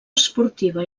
esportiva